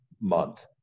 month